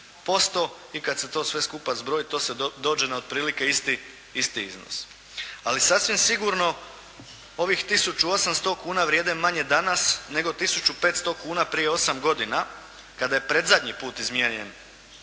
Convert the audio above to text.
i kad se to sve skupa zbroji to se dođe na otprilike isti iznos. Ali sasvim sigurno ovih 1800 kuna vrijede manje danas nego 1500 kuna prije osam godina kada je predzadnji put izmijenjen